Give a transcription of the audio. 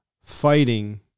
fighting